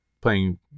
playing